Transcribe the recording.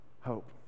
hope